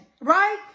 right